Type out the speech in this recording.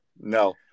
No